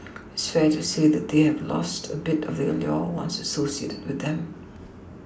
it's fair to say that they have both lost a bit of the allure once associated with them